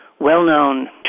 well-known